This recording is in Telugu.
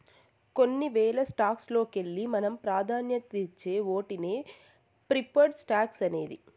కొన్ని వేల స్టాక్స్ లోకెల్లి మనం పాదాన్యతిచ్చే ఓటినే ప్రిఫర్డ్ స్టాక్స్ అనేది